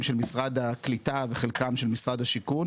של משרד הקליטה וחלקם של משרד השיכון,